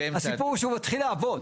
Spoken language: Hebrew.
הסיפור הוא שהוא כבר מתחיל לעבוד.